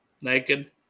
Naked